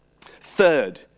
Third